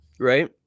right